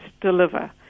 deliver